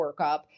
workup